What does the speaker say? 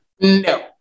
No